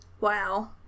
Wow